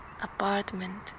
apartment